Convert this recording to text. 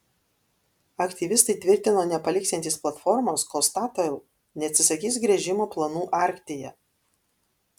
aktyvistai tvirtino nepaliksiantys platformos kol statoil neatsisakys gręžimo planų arktyje